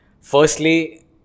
firstly